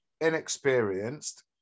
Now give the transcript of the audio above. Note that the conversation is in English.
inexperienced